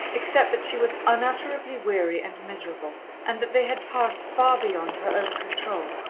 except that she was unutterably weary and miserable, and that they had passed far beyond her own control.